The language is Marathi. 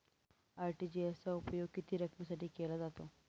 आर.टी.जी.एस चा उपयोग किती रकमेसाठी केला जातो?